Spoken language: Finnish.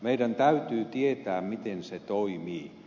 meidän täytyy tietää miten se toimii